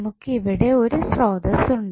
നമുക്ക് ഇവിടെ ഒരു സ്രോതസ്സ് ഉണ്ട്